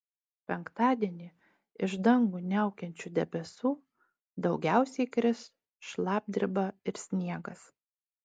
penktadienį iš dangų niaukiančių debesų daugiausiai kris šlapdriba ir sniegas